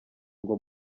ngo